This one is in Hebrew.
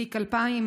תיק 2000,